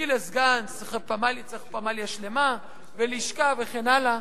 כי לסגן צריך פמליה שלמה, לשכה וכן הלאה,